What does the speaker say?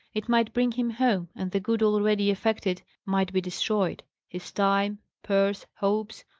it might bring him home and the good already effected might be destroyed his time, purse, hopes,